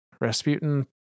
Rasputin